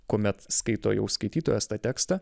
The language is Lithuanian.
kuomet skaito jau skaitytojas tą tekstą